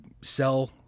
sell